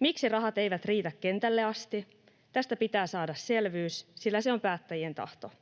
Miksi rahat eivät riitä kentälle asti? Tästä pitää saada selvyys, sillä se on päättäjien tahto.